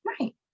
Right